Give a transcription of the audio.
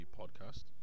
podcast